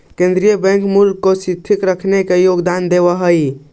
केन्द्रीय बैंक मूल्य को स्थिर रखने में योगदान देवअ हई